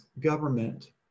government